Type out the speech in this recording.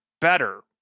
better